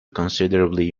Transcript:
considerably